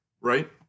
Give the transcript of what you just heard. right